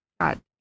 God